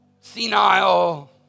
senile